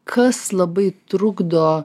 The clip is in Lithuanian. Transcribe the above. kas labai trukdo